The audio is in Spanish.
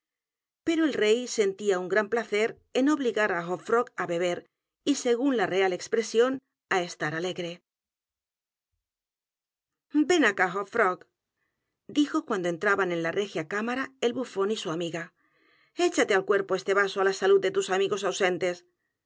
pero el rey sentía un gran placer en obligar á hopf r o g á beber y según la real expresión á estar alegre ven acá hop frog dijo cuando entraban en la regia cámara elbufón y s u amiga é c h a t e al cuerpo este vaso á la salud de tus amigos ausentes